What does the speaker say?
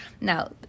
Now